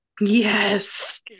Yes